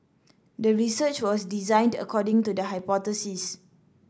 the research was designed according to the hypothesis